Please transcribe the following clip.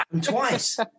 twice